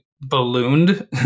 ballooned